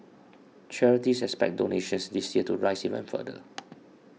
charities expect donations this year to rise even further